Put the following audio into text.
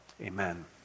Amen